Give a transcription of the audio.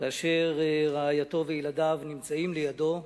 כאשר רעייתו וילדיו נמצאים לידו.